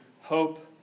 Hope